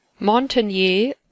Montagnier